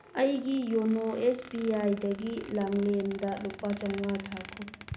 ꯑꯩꯒꯤ ꯌꯣꯅꯣ S B ꯑꯥꯏꯗꯒꯤ ꯂꯥꯡꯂꯦꯟꯗ ꯂꯨꯄꯥ ꯆꯃꯉꯥ ꯊꯥꯈꯣ